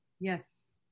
Yes